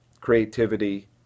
creativity